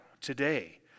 today